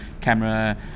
camera